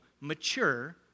mature